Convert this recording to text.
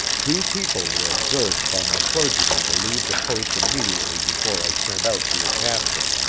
two people were observed by my clergyman to leave the post immediately before i sent out to your capture.